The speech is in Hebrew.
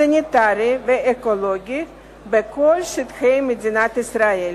סניטרי ואקולוגי בכל שטחי מדינת ישראל.